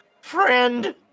Friend